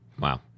Wow